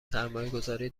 سرمایهگذاری